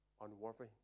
unworthy